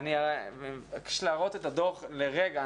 אני רוצה להראות את הדוח לרגע,